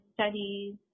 studies